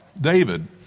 David